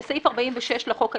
22. "בסעיף 46 לחוק העיקרי,